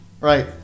Right